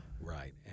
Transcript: Right